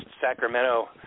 Sacramento